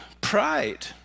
Pride